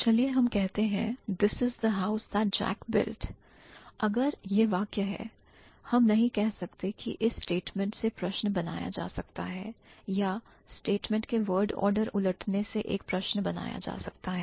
चलिए हम कहते हैं "this is the house that Jack built"अगर यह वाक्य है हम नहीं कह सकते कि इस स्टेटमेंट से प्रश्न बनाया जा सकता है या स्टेटमेंट के word order उलटने से एक प्रश्न बनाया जा सकता है